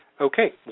okay